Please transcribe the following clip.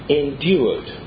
endured